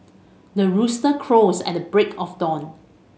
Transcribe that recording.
the rooster crows at the break of dawn